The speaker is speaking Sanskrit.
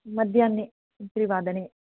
मध्याह्ने त्रिवादने